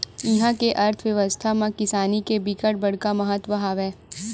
इहा के अर्थबेवस्था म किसानी के बिकट बड़का महत्ता हवय